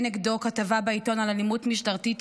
נגדו כתבה בעיתון על אלימות משטרתית,